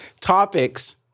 Topics